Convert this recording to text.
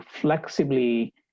flexibly